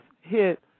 hit